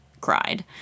cried